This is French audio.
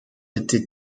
été